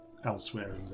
Elsewhere